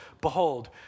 behold